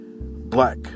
black